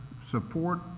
support